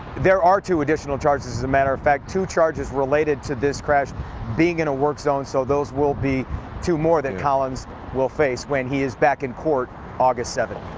there are two additional charges, as a matter of fact. two charges related to this crash being in a work zone so those will be two more that collins will face when he's back in court august seventh.